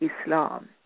Islam